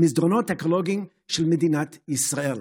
המסדרונות האקולוגיים של מדינת ישראל.